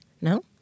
no